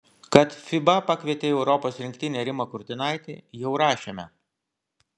kad fiba pakvietė į europos rinktinę rimą kurtinaitį jau rašėme